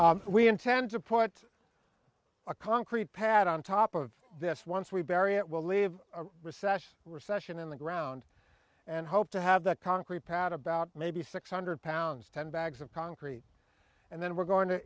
is we intend to put a concrete pad on top of this once we bury it will leave recession recession in the ground and hope to have the concrete pad about maybe six hundred pounds ten bags of concrete and then we're going to